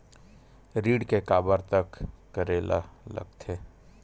ऋण के काबर तक करेला लगथे?